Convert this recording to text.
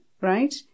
right